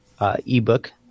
ebook